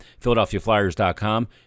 PhiladelphiaFlyers.com